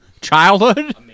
Childhood